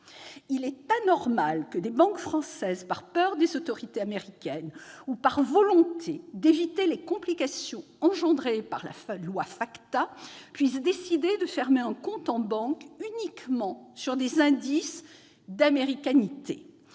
Il est anormal que des banques françaises, par peur des autorités américaines ou par volonté d'éviter les complications engendrées par la loi FATCA, puissent décider de fermer un compte en banque uniquement sur des « indices d'américanité